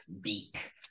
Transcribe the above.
beak